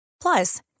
Plus